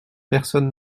personne